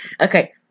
Okay